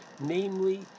namely